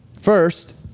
First